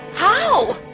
how?